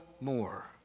more